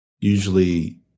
usually